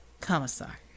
Commissar